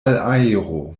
aero